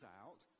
out